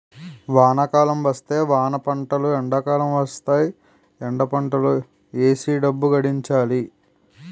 వానాకాలం వస్తే వానపంటలు ఎండాకాలం వస్తేయ్ ఎండపంటలు ఏసీ డబ్బు గడించాలి